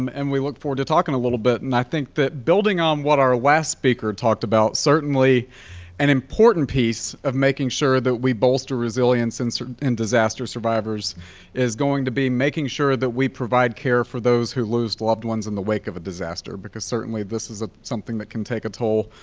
um and we look forward to talking a little bit. and i think that building on what our last speaker talked about, certainly an important piece of making sure that we bolster resilience in sort of in disaster survivors is going to be making sure that we provide care for those who lose loved ones in the wake of a disaster. because certainly this is ah something that can take a toll,